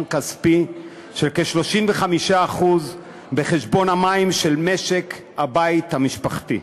כספי של כ-35% בחשבון המים של משק-הבית המשפחתי,